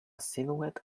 silhouette